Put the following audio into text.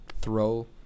throw